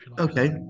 Okay